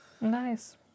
Nice